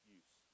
use